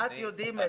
מעט יודעים את זה.